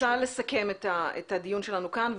אני רוצה לסכם את הדיון שלנו כאן,